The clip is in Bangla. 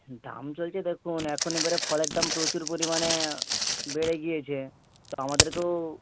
দাম চলছে দেখুন এখন এবারে ফলের দাম প্রচুর পরিমাণে বেড়ে গিয়েছে তো আমাদেরকেও